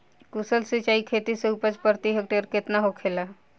कुशल सिंचाई खेती से उपज प्रति हेक्टेयर केतना होखेला?